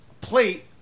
plate